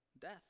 Death